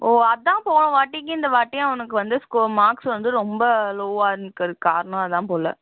ஓ அதான் போன வாட்டிக்கு இந்த வாட்டி அவனுக்கு வந்து ஸ்கோ மார்க்ஸ் வந்து ரொம்ப லோவாக காரணம் அதான் போல